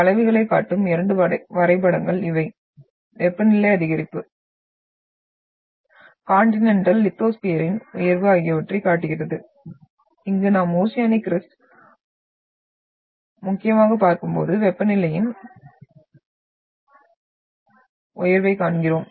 வளைவுகளைக் காட்டும் இரண்டு வரைபடங்கள் இவை வெப்பநிலை அதிகரிப்பு கான்டினென்டல் லித்தோஸ்பியரின் உயர்வு ஆகியவற்றைக் காட்டுகிறது இங்கு நாம் ஓசியானிக் க்ரஸ்ட் முக்கியமாகப் பார்க்கும்போது வெப்பநிலையின் உயர்வையும் காண்கிறோம்